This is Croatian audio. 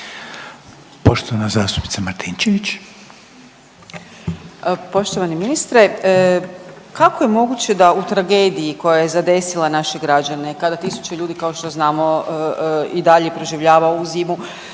Natalija (Reformisti)** Poštovani ministre kako je moguće da u tragediji koja je zadesila naše građane kada tisuće ljudi kao što znamo i dalje proživljava ovu zimu,